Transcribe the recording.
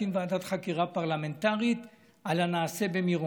שבו אני מבקש להקים ועדת חקירה פרלמנטרית על הנעשה במירון.